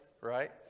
Right